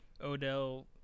Odell